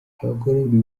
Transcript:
abagororwa